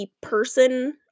person